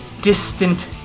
distant